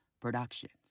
productions